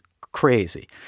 crazy